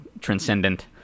transcendent